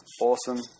awesome